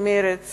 ממרצ